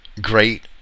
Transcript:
great